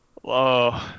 Whoa